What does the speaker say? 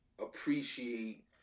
appreciate